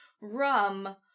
rum